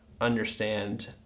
understand